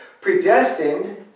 Predestined